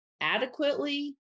adequately